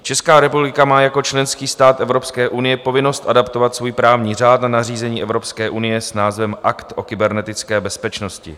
Česká republika má jako členský stát Evropské unie povinnost adaptovat svůj právní řád dle nařízení Evropské unie s názvem Akt o kybernetické bezpečnosti.